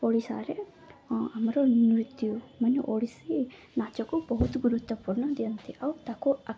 ଓଡ଼ିଶାରେ ଆମର ନୃତ୍ୟ ମାନେ ଓଡ଼ିଶୀ ନାଚକୁ ବହୁତ ଗୁରୁତ୍ୱପୂର୍ଣ୍ଣ ଦିଅନ୍ତି ଆଉ ତାକୁ